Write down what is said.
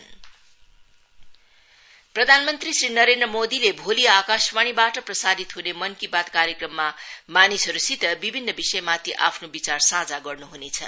मन की बात प्रधानमंत्री श्री नरेन्द्र मोदीले भोलि आकाशवाणीबाट प्रसारित हुने मनकी बात कार्यक्रममा मानिसहरूसित विभिन्न विषयमाथि आफ्नो विचार साझा गर्न् हनेछ